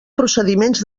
procediments